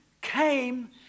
came